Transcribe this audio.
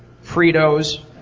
fritos,